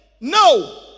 No